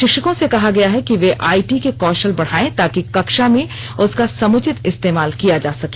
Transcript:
शिक्षकों से कहा गया है कि वे आईटी के अपने कौशल को बढाये ताकि कक्षा में उसका समुचित इस्तेमाल किया जा सके